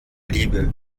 liebe